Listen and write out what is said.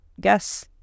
guess